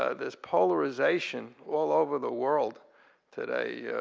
ah there's polarization all over the world today,